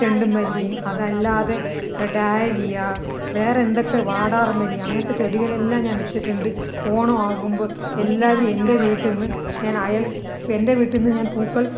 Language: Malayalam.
ചെണ്ടുമല്ലി അതല്ലാതെ ഡാലിയ വേറെ എന്തൊക്കെ വാടാർമല്ലി അങ്ങനത്തെ ചെടികളെല്ലാം ഞാൻ വെച്ചിട്ടുണ്ട് ഓണം ആകുമ്പോൾ എല്ലാവരും എൻ്റെ വീട്ടിൽ നിന്ന് ഞാൻ അയൽ എൻ്റെ വീട്ടിൽ നിന്ന് ഞാൻ പൂക്കൾ